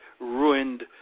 ruined